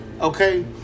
Okay